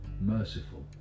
merciful